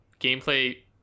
gameplay